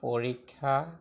পৰীক্ষা